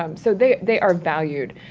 um so they they are valued.